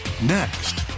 next